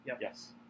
Yes